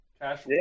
Cash